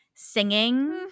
Singing